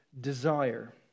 desire